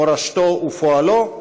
מורשתו ופועלו,